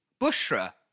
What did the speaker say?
Bushra